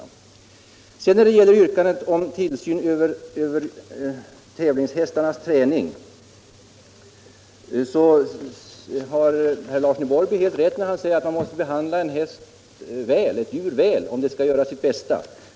I fråga om tillsynen över tävlingshästarnas träning har herr Larsson i Borrby helt rätt när han säger att ett djur måste behandlas väl för att göra sitt bästa.